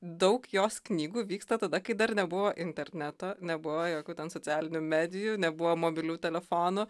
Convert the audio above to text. daug jos knygų vyksta tada kai dar nebuvo interneto nebuvo jokių ten socialinių medijų nebuvo mobilių telefonų